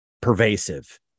pervasive